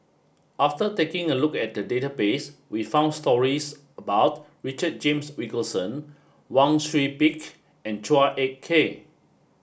after taking a look at the database we found stories about Richard James Wilkinson Wang Sui Pick and Chua Ek Kay